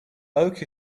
oak